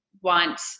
want